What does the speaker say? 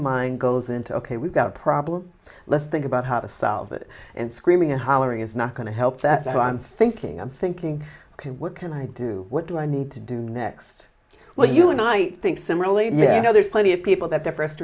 mind goes into ok we've got a problem let's think about how to solve it and screaming and hollering is not going to help that so i'm thinking and thinking can what can i do what do i need to do next well you and i think similarly you know there's plenty of people that their first